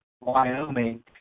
Wyoming